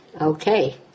Okay